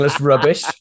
rubbish